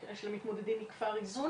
המתמודדים מכפר איזון.